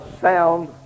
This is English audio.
sound